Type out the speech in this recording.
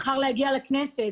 בחר להגיע לכנסת.